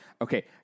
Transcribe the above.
okay